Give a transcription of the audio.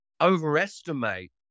overestimate